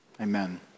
Amen